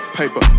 paper